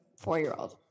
four-year-old